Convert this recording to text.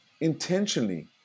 intentionally